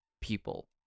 people